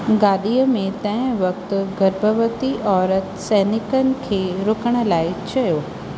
गाॾीअ में तंहिं वक़्तु गर्भवती औरत सैनिकनि खे रुकण लाइ चयो